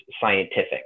scientific